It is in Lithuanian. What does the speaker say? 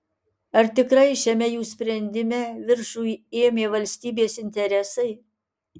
ar tikrai šiame jų sprendime viršų ėmė valstybės interesai